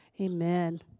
Amen